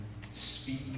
speak